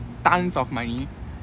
tonnes of money